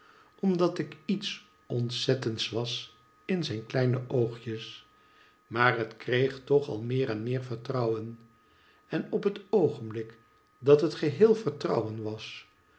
omdat ik iets ontzettends was in zijn kleine oogjes maar het kreeg toch al meer en meer vertrouwen en op het oogenblik dat het geheel vertrouwen was